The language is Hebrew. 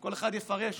כל אחד יפרש